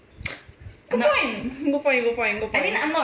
good point good point good point good point